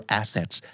assets